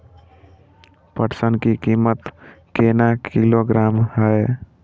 पटसन की कीमत केना किलोग्राम हय?